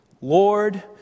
Lord